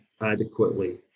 adequately